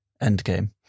Endgame